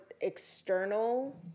external